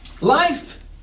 Life